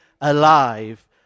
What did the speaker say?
alive